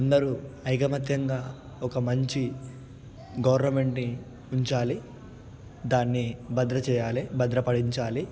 అందరూ ఐకమత్యంగా ఒక మంచి గవర్నమెంట్ని ఉంచాలి దాన్ని భద్ర చేయాలి భద్రపరించాలి